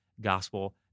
gospel